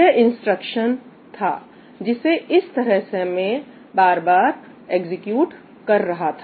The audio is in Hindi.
यह इंस्ट्रक्शन था जिसे इस तरह से मैं बार बार एग्जीक्यूट कर रहा था